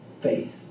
faith